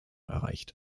erreicht